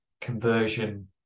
conversion